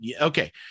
okay